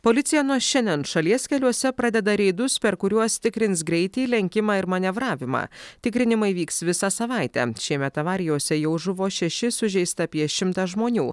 policija nuo šiandien šalies keliuose pradeda reidus per kuriuos tikrins greitį lenkimą ir manevravimą tikrinimai vyks visą savaitę šiemet avarijose jau žuvo šeši sužeista apie šimtą žmonių